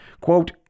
quote